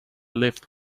lift